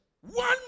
one